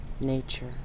nature